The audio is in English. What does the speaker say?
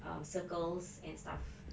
um circles and stuff